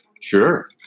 Sure